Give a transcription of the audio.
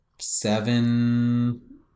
Seven